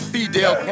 Fidel